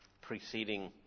preceding